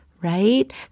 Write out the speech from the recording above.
right